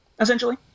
essentially